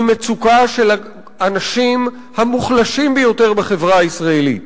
היא מצוקה של האנשים המוחלשים ביותר בחברה הישראלית.